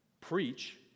Preach